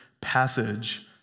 passage